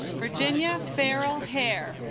virginia farrell hair